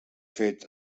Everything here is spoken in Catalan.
fet